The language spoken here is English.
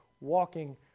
walking